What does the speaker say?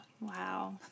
Wow